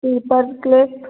paper clip